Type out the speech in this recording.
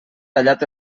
tallat